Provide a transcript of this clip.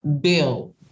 bill